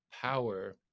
power